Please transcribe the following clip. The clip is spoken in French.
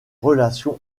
relations